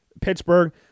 Pittsburgh